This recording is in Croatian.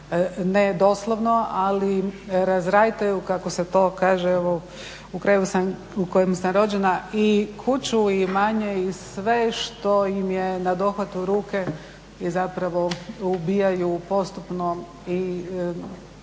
ne doslovno ali razrajtaju kako se to kaže u kraju u kojem sam rođena, i kuću i imanje i sve što im je nadohvat ruke i zapravo ubijaju postupno i